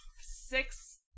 six